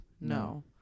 No